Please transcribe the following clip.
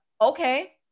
okay